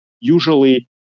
usually